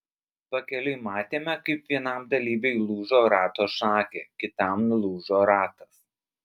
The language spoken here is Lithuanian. pakeliui matėme kaip vienam dalyviui lūžo rato šakė kitam nulūžo ratas